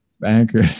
Banker